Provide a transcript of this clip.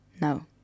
No